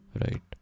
Right